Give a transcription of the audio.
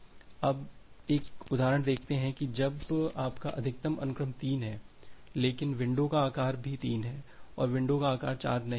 अब एक उदाहरण देखते हैं कि जब आपका अधिकतम अनुक्रम 3 है लेकिन विंडो का आकार भी 3 है और विंडो का आकार 4 नहीं है